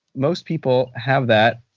most people have that,